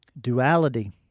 Duality